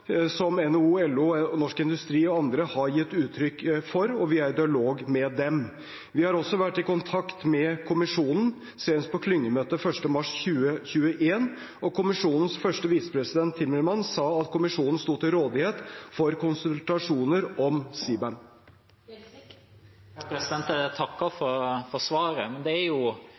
NHO, LO, Norsk Industri og andre har gitt uttrykk for, og vi er i dialog med dem. Vi har også vært i kontakt med Kommisjonen, senest på klyngemøtet 1. mars 2021. Kommisjonens første visepresident, Timmermans, sa at Kommisjonen sto til rådighet for konsultasjoner om CBAM. Jeg takker for svaret. Det er